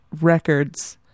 Records